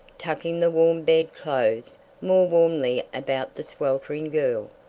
tucking the warm bed clothes more warmly about the sweltering girl.